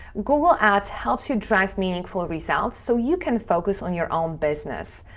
google ads helps you drive meaningful results so you can focus on your own business.